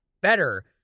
better